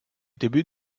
début